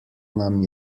nam